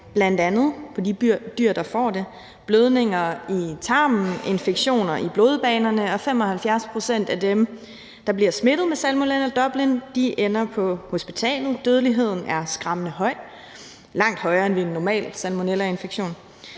bl.a. hos de dyr, der får det, blødninger i tarmen, infektioner i blodbanerne – og 75 pct. af dem, der bliver smittet med Salmonella Dublin, ender på hospitalet. Dødeligheden er skræmmende høj og langt højere end ved en normal salmonellainfektion.